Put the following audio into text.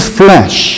flesh